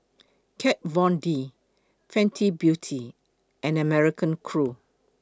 Kat Von D Fenty Beauty and American Crew